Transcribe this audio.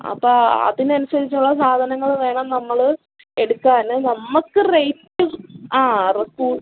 അപ്പാ അതിനനുസരിച്ചുള്ള സാധനങ്ങൾ വേണം നമ്മൾ എടുക്കാൻ നമ്മൾക്ക് റേറ്റ്